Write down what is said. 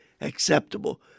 acceptable